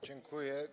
Dziękuję.